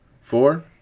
Four